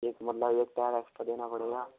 एक मतलब एक टायर एक्स्ट्रा देना पड़ेगा